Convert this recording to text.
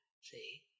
See